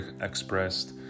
expressed